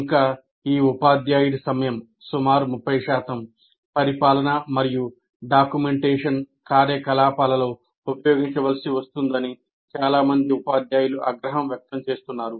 ఇంకా ఈ ఉపాధ్యాయుడి సమయం వ్యక్తం చేస్తున్నారు